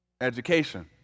Education